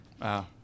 Wow